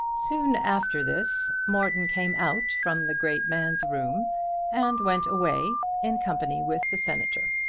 soon after this morton came out from the great man's room and went away in company with the senator.